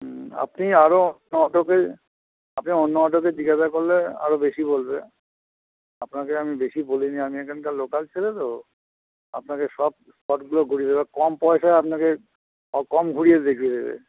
হুম আপনি আরও অটোকে আপনি অন্য অটোকে জিজ্ঞাসা করলে আরও বেশি বলবে আপনাকে আমি বেশি বলিনি আমি এখানকার লোকাল ছেলে তো আপনাকে সব স্পটগুলো ঘুরিয়ে দেবো কম পয়সায় আপনাকে কম ঘুরিয়ে দেখিয়ে দেবে